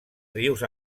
rius